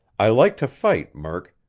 i like to fight, murk,